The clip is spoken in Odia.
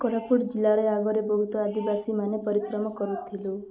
କୋରାପୁଟ ଜିଲ୍ଲାରେ ଆଗୁରୁ ବହୁତ ଆଦିବାସୀ ମାନେ ପରିଶ୍ରମ କରୁଥିଲୁ